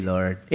Lord